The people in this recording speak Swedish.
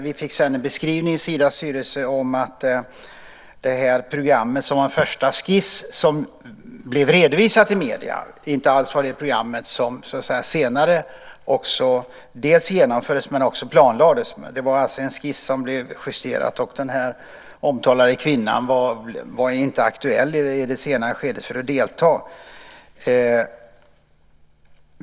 Vi fick sedan en beskrivning i Sidas styrelse om att detta program, som var en första skiss som blev redovisad för medierna, inte alls var det program som senare genomfördes men också planlades. Det var alltså en skiss som blev justerad. Och denna omtalade kvinna var inte aktuell i det senare skedet för att delta.